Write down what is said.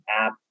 app